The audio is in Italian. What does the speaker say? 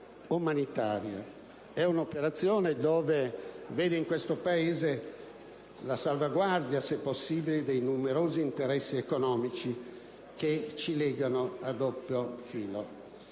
vede perseguita in questo Paese la salvaguardia, se possibile, dei numerosi interessi economici che ci legano a doppio filo.